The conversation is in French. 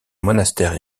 monastère